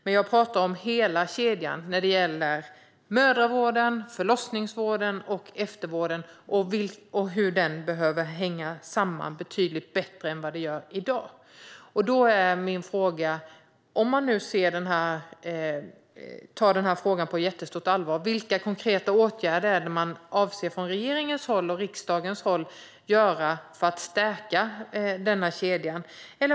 Men jag talar om hela kedjan - mödravården, förlossningsvården och eftervården - och hur den behöver hänga samman betydligt bättre än vad den gör i dag. Då är min fråga: Om man nu tar den här frågan på jättestort allvar, vilka konkreta åtgärder är det man från regeringens håll avser att göra för att stärka denna kedja?